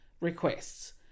requests